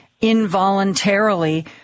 involuntarily